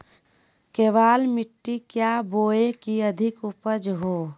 केबाल मिट्टी क्या बोए की अधिक उपज हो?